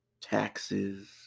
taxes